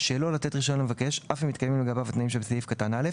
שלא לתת רישיון למבקש אף אם מתקיימים לגביו התנאים שבסעיף קטן (א),